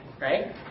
Right